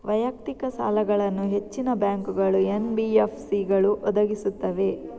ವೈಯಕ್ತಿಕ ಸಾಲಗಳನ್ನು ಹೆಚ್ಚಿನ ಬ್ಯಾಂಕುಗಳು, ಎನ್.ಬಿ.ಎಫ್.ಸಿಗಳು ಒದಗಿಸುತ್ತವೆ